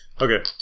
Okay